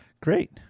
Great